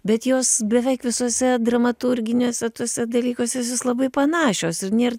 bet jos beveik visuose dramaturginiuose tuose dalykuose labai panašios ir nėr